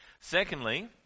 secondly